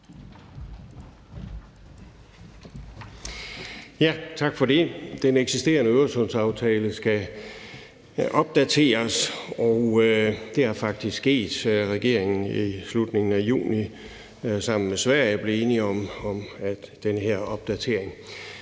Tak for det. Den eksisterende Øresundsaftale skal opdateres, og det er faktisk sket, da regeringen i slutningen af juni sammen med Sverige blev enige om den her opdatering.